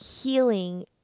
healing